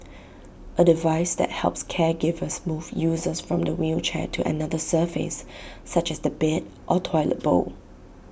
A device that helps caregivers move users from the wheelchair to another surface such as the bed or toilet bowl